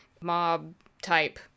mob-type